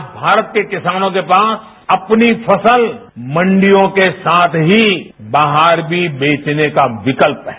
आज भारत के किसानों के पास अपनी फसल मंडियों के साथ ही बाहर भी बेचने का विकल्प है